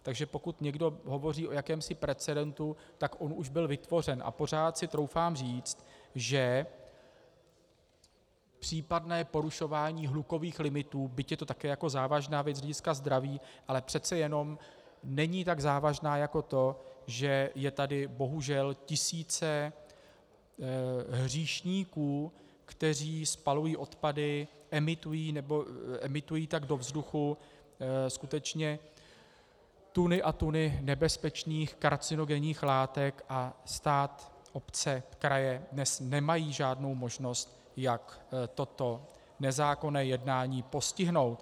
Takže pokud někdo hovoří o jakémsi precedentu, tak on už byl vytvořen A pořád si troufám říci, že případné porušování hlukových limitů, byť je to také jako závažná věc z hlediska zdraví, ale přece jenom není tak závažná jako to, že jsou tady bohužel tisíce hříšníků, kteří spalují odpady, emitují tak do vzduchu skutečně tuny a tuny nebezpečných karcinogenních látek a stát, obce, kraje nemají žádnou možnost jak toto nezákonné jednání postihnout.